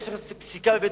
יש פסיקת בית-משפט.